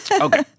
Okay